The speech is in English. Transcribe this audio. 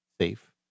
safe